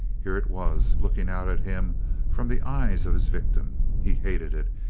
here it was, looking out at him from the eyes of his victim. he hated it,